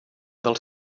dels